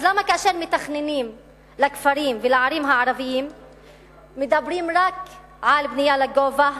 אז למה כאשר מתכננים לכפרים ולערים הערביים מדברים רק על בנייה לגובה,